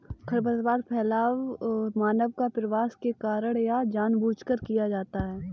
खरपतवार फैलाव मानव प्रवास के कारण या जानबूझकर किया जाता हैं